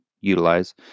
utilize